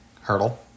Hurdle